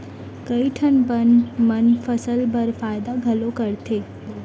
कई ठन बन मन फसल बर फायदा घलौ करथे